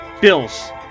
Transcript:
Bills